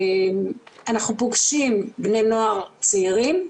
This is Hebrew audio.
אנחנו פוגשים בני נוער צעירים,